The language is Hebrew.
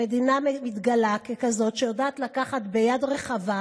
המדינה מתגלה ככזאת שיודעת לקחת ביד רחבה,